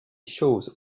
choses